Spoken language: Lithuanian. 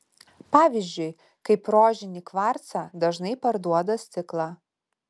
pavyzdžiui kaip rožinį kvarcą dažnai parduoda stiklą